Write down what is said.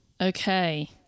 Okay